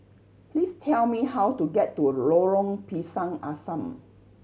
please tell me how to get to Lorong Pisang Asam